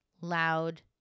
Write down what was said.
Loud